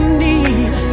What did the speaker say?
need